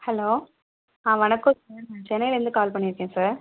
hello ஆ வணக்கம் sir நான் சென்னையிலருந்து கால் பண்ணியிருக்கேன் சார்